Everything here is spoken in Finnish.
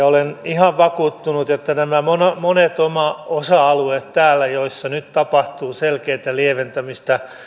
olen ihan vakuuttunut että nämä monet monet osa alueet täällä joissa nyt tapahtuu selkeätä lieventämistä